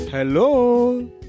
Hello